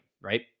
right